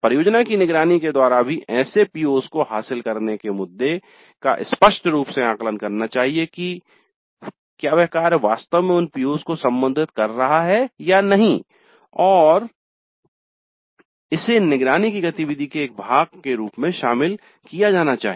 परियोजना की निगरानी के द्वारा भी ऐसे PO's को हासिल करने के मुद्दे का स्पष्ट रूप से आकलन करना चाहिए कि वे कार्य वास्तव में उन PO's को संबोधित कर रहे है या नहीं और इसे निगरानी की गतिविधि के एक भाग के रूप में शामिल किया जाना चाहिए